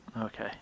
Okay